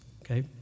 okay